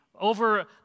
Over